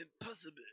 Impossible